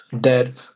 dead